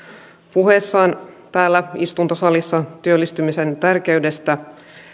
puhuessaan täällä istuntosalissa työllistymisen tärkeydestä